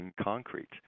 concrete